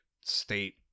state